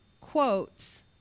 quotes